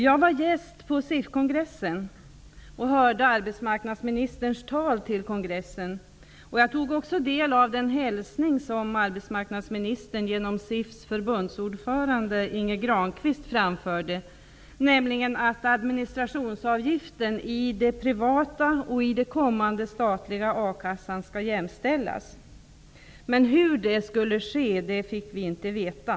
Jag var gäst på SIF-kongressen och hörde arbetsmarknadsministerns tal till den. Jag tog också del av den hälsning som arbetsmarknadsministern genom SIF:s förbundsordförande Inge Granqvist framförde, nämligen att administrationsavgifterna i den privata och i den kommande statliga a-kassan skall jämställas. Men hur det skulle ske fick vi inte veta.